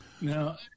Now